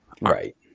Right